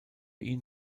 ihn